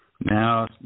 Now